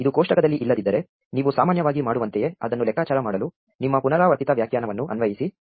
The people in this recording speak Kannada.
ಇದು ಕೋಷ್ಟಕದಲ್ಲಿ ಇಲ್ಲದಿದ್ದರೆ ನೀವು ಸಾಮಾನ್ಯವಾಗಿ ಮಾಡುವಂತೆಯೇ ಅದನ್ನು ಲೆಕ್ಕಾಚಾರ ಮಾಡಲು ನಿಮ್ಮ ಪುನರಾವರ್ತಿತ ವ್ಯಾಖ್ಯಾನವನ್ನು ಅನ್ವಯಿಸಿ